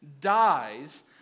dies